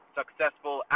successful